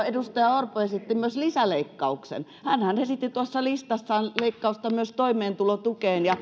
edustaja orpo esitti myös lisäleikkausta hänhän esitti tuossa listassaan leikkausta myös toimeentulotukeen